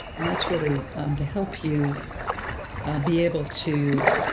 and that's really to help you be able to